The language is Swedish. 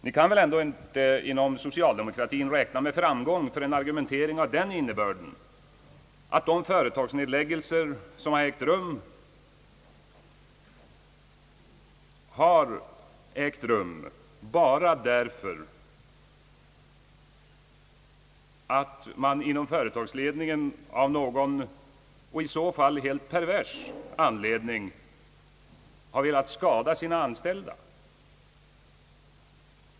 Ni kan väl ändå inte inom socialdemokratin räkna med framgång för en argumentering av den innebörden, att de företagsnedläggelser som ägt rum har skett bara därför att man inom företagsledningen av någon — och i så fall helt pervers — anledning har velat skada sina anställda?